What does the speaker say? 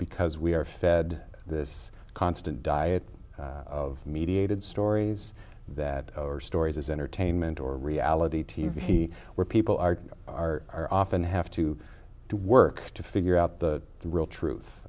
because we are fed this constant diet of mediated stories that our stories as entertainment or reality t v where people are are are often have to do work to figure out the real truth